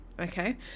okay